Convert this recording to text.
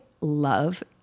love